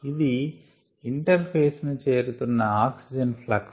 ఇది interface ను చేరుతున్న ఆక్సిజన్ ఫ్లక్స్